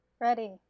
Ready